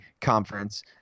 conference